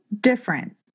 different